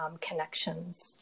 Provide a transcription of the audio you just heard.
connections